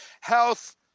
health